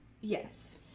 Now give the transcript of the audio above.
Yes